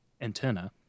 Antenna